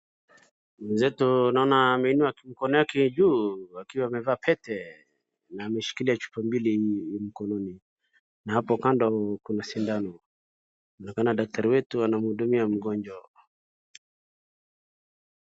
Mwezetu naona ameinua mkono yake juu akiwa amevaa pete na ameshikila chupa mbili mkononi na hapo kando kuna shindano. Inaonekana daktari wetu anamhudumia mgonjwa.